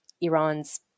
Iran's